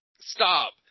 stop